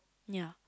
ya